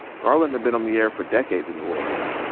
garland had been on the air for decades in new orleans,